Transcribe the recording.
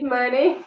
money